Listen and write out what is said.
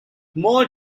more